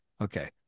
Okay